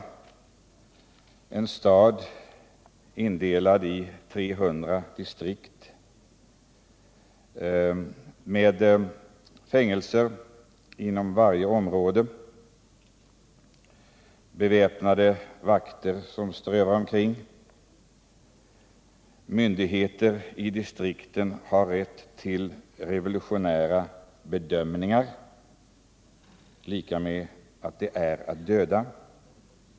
Staden är indelad i 300 distrikt, vart och ett med ett fängelse och beväpnade vakter som strövar omkring. Myndigheterna i distrikten har rätt till ”revolutionära bedömningar”, dvs. att döda.